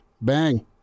Bang